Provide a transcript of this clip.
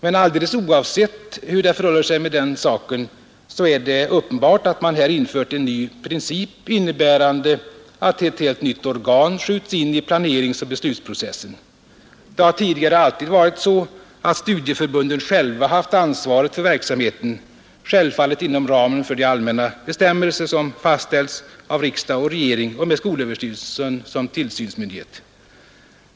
Men alldeles oavsett hur det förhåller sig härmed, är det uppenbart att man infört en ny princip, innebärande att ett helt nytt organ skjuts in i planeringsoch beslutsprocessen. Det har tidigare alltid varit så, att studieförbunden själva haft ansvaret för verksamheten, självfallet inom ramen för de allmänna bestämmelser som fastställts av riksdag och regering och med skolöverstyrelsen som tillsynsmyndighet.